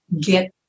get